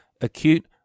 acute